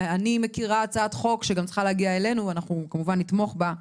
אני מכירה הצעת חוק שאמורה להגיע אלינו בקרוב ואנחנו כמובן נתמוך בה,